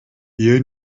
iyo